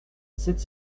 sept